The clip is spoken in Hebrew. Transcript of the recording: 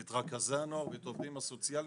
את רכזי הנוער ואת העובדים הסוציאליים